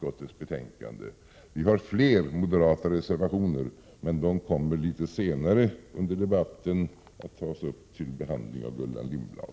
Det finns fler moderata reservationer, men de kommer litet senare under debatten att tas upp av Gullan Lindblad.